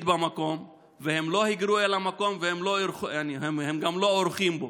במקום והם לא היגרו אל המקום והם גם לא אורחים פה.